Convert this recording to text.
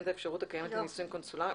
את האפשרות הקיימת לנישואים קונסולריים'.